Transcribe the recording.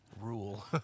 rule